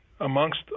Amongst